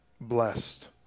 blessed